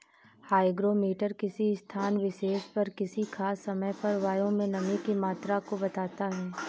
hygrometer किसी स्थान विशेष पर किसी खास समय पर वायु में नमी की मात्रा को बताता है